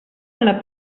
nella